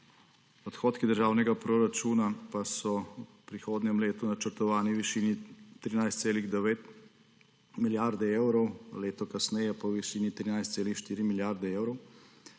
Odhodki državnega proračuna pa so v prihodnjem letu načrtovani v višini 13,9 milijarde evrov, leto kasneje pa v višini 13,4 milijarde evrov.